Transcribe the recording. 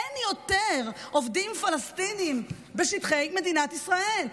אין יותר עובדים פלסטינים בשטחי מדינת ישראל.